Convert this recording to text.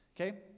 Okay